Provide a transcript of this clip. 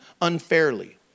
unfairly